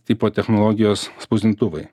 tipo technologijos spausdintuvai